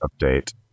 update